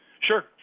Sure